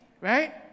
right